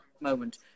moment